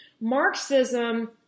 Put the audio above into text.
Marxism